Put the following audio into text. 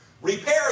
Repair